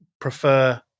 prefer